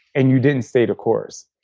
and you didn't stay the course.